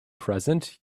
present